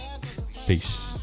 Peace